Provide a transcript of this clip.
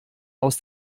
aus